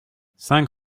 cinq